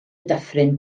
dyffryn